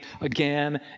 again